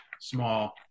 small